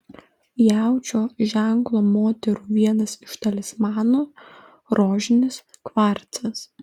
jaučio ženklo moterų vienas iš talismanų rožinis kvarcas